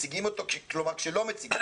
מציגים אותו, כלומר, כשלא מציגים